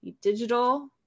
Digital